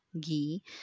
ghee